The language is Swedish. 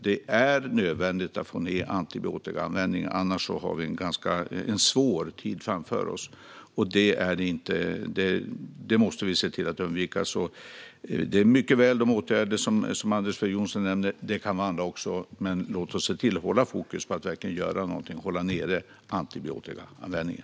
Det är nödvändigt att få ned antibiotikaanvändningen. Annars har vi en svår tid framför oss, och det måste vi se till att undvika. Det kan mycket väl handla om de åtgärder som Anders W Jonsson nämner, och även om andra. Låt oss se till att behålla fokus på att verkligen göra något och på att hålla nere antibiotikaanvändningen.